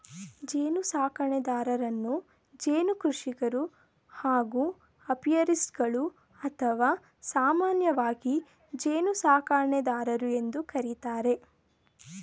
ಜೇನುಸಾಕಣೆದಾರರನ್ನು ಜೇನು ಕೃಷಿಕರು ಹಾಗೂ ಅಪಿಯಾರಿಸ್ಟ್ಗಳು ಅಥವಾ ಸಾಮಾನ್ಯವಾಗಿ ಜೇನುಸಾಕಣೆದಾರರು ಎಂದು ಕರಿತಾರೆ